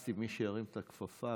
שחיפשתי מי שירים את הכפפה,